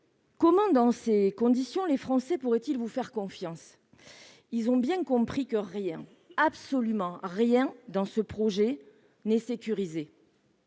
Dans ces conditions, comment les Français pourraient-ils vous faire confiance ? Ils ont bien compris que rien, absolument rien, dans ce projet n'est sécurisé.